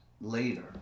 later